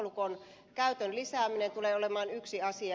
alkolukon käytön lisääminen tulee olemaan yksi asia